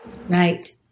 Right